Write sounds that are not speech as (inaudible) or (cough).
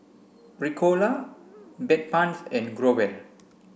ricola (unintelligible) Bedpans and Growell